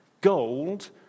Gold